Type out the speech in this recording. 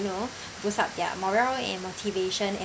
you know boost up their morale and motivation and